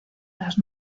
las